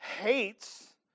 hates